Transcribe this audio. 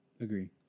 Agree